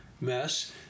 mess